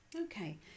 Okay